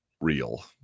real